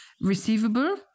receivable